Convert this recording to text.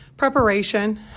Preparation